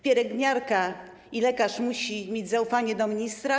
Pielęgniarka i lekarz muszą mieć zaufanie do ministra.